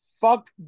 Fuck